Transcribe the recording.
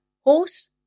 Horse